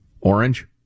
orange